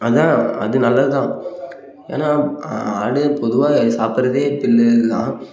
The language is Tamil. அதுதான் அது நல்லது தான் ஏன்னா ஆடு பொதுவாக சாப்பிட்றதே புல்லு தான்